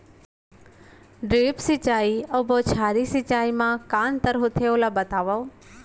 Drip सिंचाई अऊ बौछारी सिंचाई मा का अंतर होथे, ओला बतावव?